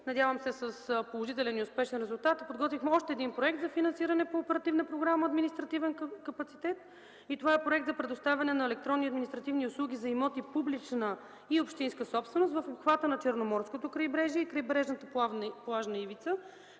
надявам се, с положителен и успешен резултат – подготвихме още един проект за финансиране по Оперативна програма „Административен капацитет”. Това е Проект за предоставяне на електронни административни услуги за имоти публична и общинска собственост в обхвата на Черноморското крайбрежие и крайбрежната плажна ивица,